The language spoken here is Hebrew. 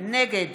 נגד